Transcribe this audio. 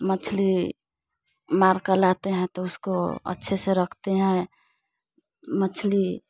मछली मारकर लाते हैं तो अच्छे से रखते हैं मछली